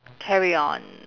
carry on